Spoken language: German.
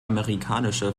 amerikanische